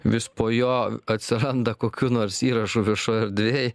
vis po jo atsiranda kokių nors įrašų viešoj erdvėj